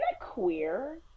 queer